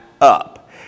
up